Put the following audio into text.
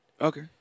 Okay